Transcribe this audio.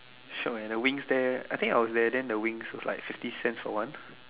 shiok eh the wings there I think I was there then the wings was like sixty cents for one